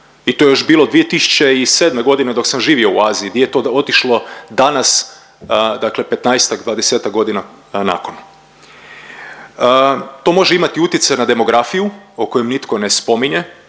i to je još bilo 2007. godine dok živo u Aziji, di je to otišlo danas, dakle 15-ak, 20-ak godina nakon. To može imati utjecaj na demografiju o kojem nitko ne spominje.